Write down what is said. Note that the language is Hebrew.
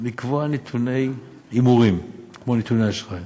לקבוע נתוני הימורים, כמו נתוני אשראי,